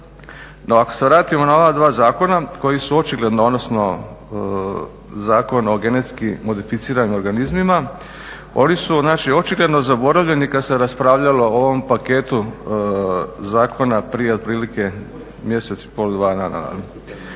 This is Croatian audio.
ako se vratimo na ova dva zakona koji su očigledno odnosno Zakon o genetski modificiranim organizmima, oni su znači očigledno zaboravljeni kad se raspravljalo o ovom paketu zakona prije otprilike mjesec i pol dana kojima